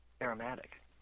aromatic